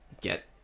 get